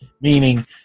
meaning